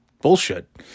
bullshit